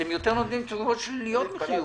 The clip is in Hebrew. אתם נותנים יותר תשובות שליליות מחיוביות.